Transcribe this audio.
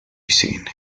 cine